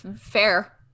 fair